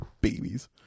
Babies